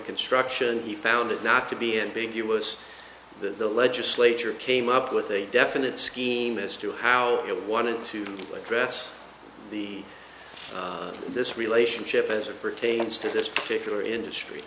construction he found it not to be ambiguous that the legislature came up with a definite scheme as to how it wanted to address the this relationship as it pertains to this particular industry